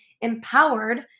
Empowered